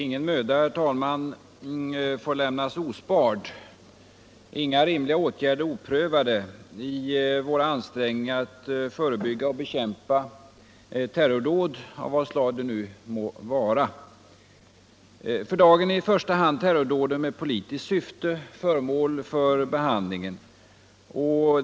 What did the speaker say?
Herr talman! Ingen möda får sparas — inga rimliga åtgärder lämnas oprövade — i våra ansträngningar att förebygga och bekämpa terrordåd av vad slag de än må vara. För dagen är i första hand terrordåden med politiskt syfte föremål för behandling.